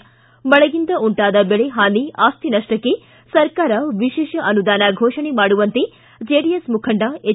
ಿ ಮಳೆಯಿಂದ ಉಂಟಾದ ಬೆಳೆ ಹಾನಿ ಆಸ್ತಿ ನಷ್ಟಕ್ಕೆ ಸರ್ಕಾರ ವಿಶೇಷ ಅನುದಾನ ಘೋಷಣೆ ಮಾಡುವಂತೆ ಜೆಡಿಎಸ್ ಮುಖಂಡ ಎಚ್